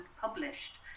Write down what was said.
published